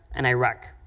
and iraq.